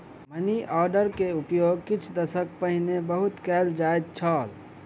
money order के उपयोग किछ दशक पहिने बहुत कयल जाइत छल